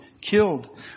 killed